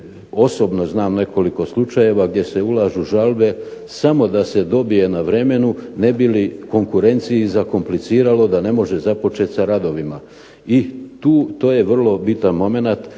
osobno znam nekoliko slučajeva gdje se ulažu žalbe samo da se dobije na vremenu ne bi li konkurenciji zakompliciralo da ne može započet s radovima. I to je vrlo bitan momenat,